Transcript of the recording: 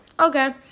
okay